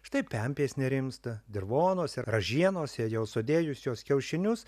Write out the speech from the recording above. štai pempės nerimsta dirvonuose ražienose jau sudėjusios kiaušinius